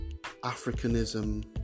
...Africanism